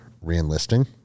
re-enlisting